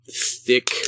thick